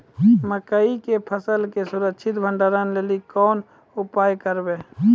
मकई के फसल के सुरक्षित भंडारण लेली कोंन उपाय करबै?